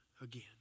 again